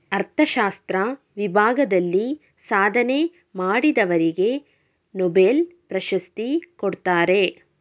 ಅರ್ಥಶಾಸ್ತ್ರ ವಿಭಾಗದಲ್ಲಿ ಸಾಧನೆ ಮಾಡಿದವರಿಗೆ ನೊಬೆಲ್ ಪ್ರಶಸ್ತಿ ಕೊಡ್ತಾರೆ